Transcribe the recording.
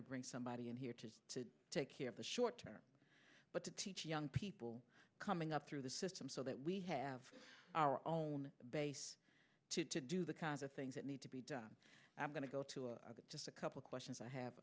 to bring somebody in here to take care of the short term but to teach young people coming up through the system so that we have our own base to do the kinds of things that need to be done i'm going to go to just a couple questions i